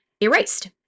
erased